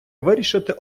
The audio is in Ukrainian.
вирішити